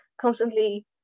constantly